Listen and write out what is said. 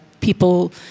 people